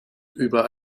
über